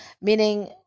meaning